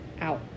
out